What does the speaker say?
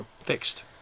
fixed